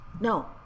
No